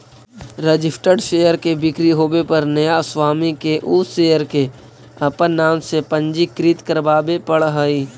registered share के बिक्री होवे पर नया स्वामी के उ शेयर के अपन नाम से पंजीकृत करवावे पड़ऽ हइ